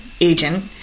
agent